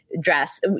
dress